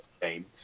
game